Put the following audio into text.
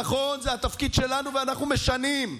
נכון, זה התפקיד שלנו, ואנחנו משנים.